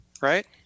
Right